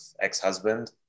ex-husband